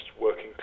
working